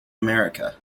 america